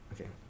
Okay